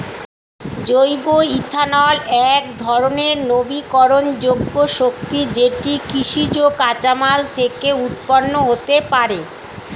জৈব ইথানল একধরণের নবীকরণযোগ্য শক্তি যেটি কৃষিজ কাঁচামাল থেকে উৎপন্ন হতে পারে